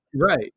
Right